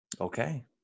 okay